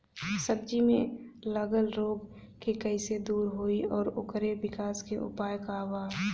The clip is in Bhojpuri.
सब्जी में लगल रोग के कइसे दूर होयी और ओकरे विकास के उपाय का बा?